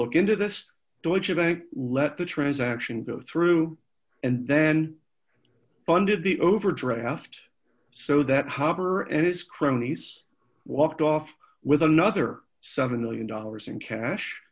i let the transaction go through and then funded the overdraft so that harbor and his cronies walked off with another seven million dollars in cash